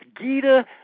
Gita